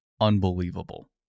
unbelievable